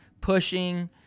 pushing